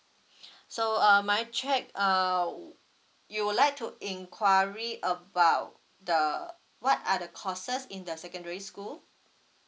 so uh my check err wou~ you would like to enquiry about the what are the courses in the secondary school